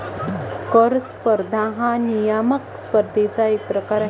कर स्पर्धा हा नियामक स्पर्धेचा एक प्रकार आहे